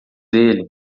ele